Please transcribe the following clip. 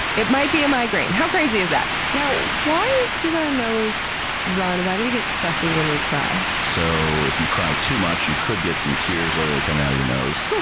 it might be a migraine! how crazy is that? now why does our nose run? why do we get stuffy when we cry? so, if you cry too much, you could get some tears literally coming out of your nose. so